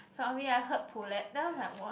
sorry I heard polite then I was like what